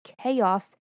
chaos